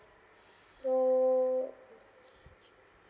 so